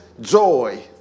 joy